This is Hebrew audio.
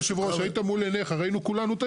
אדוני יושב הראש ראית מול עיניך את האיזון.